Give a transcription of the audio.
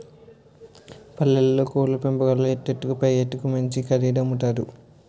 పల్లెల్లో కోళ్లు పెంపకంలో ఎత్తుకు పైఎత్తులేత్తు మంచి ఖరీదుకి అమ్ముతారు